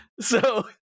So-